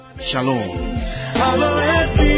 Shalom